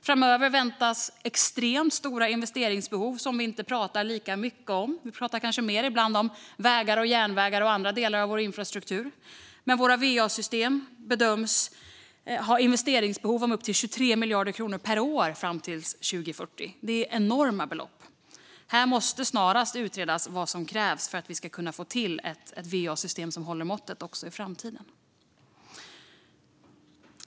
Framöver väntas extremt stora investeringsbehov, som vi inte pratar lika mycket om. Vi pratar kanske ibland mer om vägar, järnvägar och andra delar av vår infrastruktur. Men våra va-system bedöms ha investeringsbehov på upp till 23 miljarder kronor per år fram till 2040. Det är enorma belopp. Här måste snarast utredas vad som krävs för att vi ska kunna få till ett va-system som håller måttet även i framtiden.